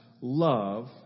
love